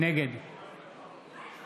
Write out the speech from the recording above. נגד